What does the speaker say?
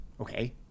Okay